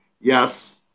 Yes